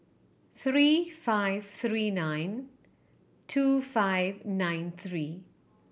three five three nine two five nine three